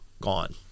gone